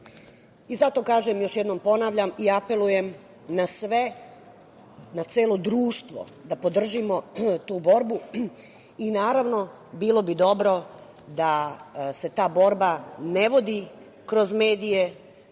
i cele zemlje. Još jednom ponavljam i apelujem na sve, na celo društvo da podržimo tu borbu i, naravno, bilo bi dobro da se ta borba ne vodi kroz medije,